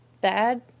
Bad